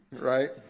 Right